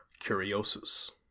Curiosus